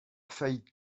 faillite